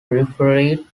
referee